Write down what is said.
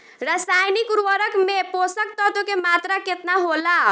रसायनिक उर्वरक मे पोषक तत्व के मात्रा केतना होला?